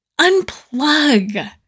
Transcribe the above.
Unplug